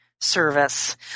service